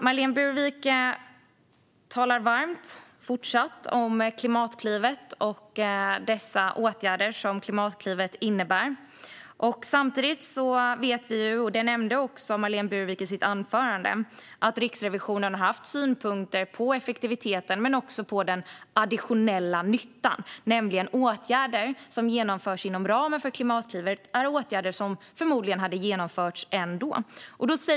Marlene Burwick talar fortsatt varmt om Klimatklivet och de åtgärder som Klimatklivet innebär. Samtidigt vet vi - det nämnde också Marlene Burwick i sitt anförande - att Riksrevisionen har haft synpunkter på effektiviteten men också på den additionella nyttan, nämligen att åtgärder som genomförts inom ramen för Klimatklivet är åtgärder som förmodligen ändå hade genomförts.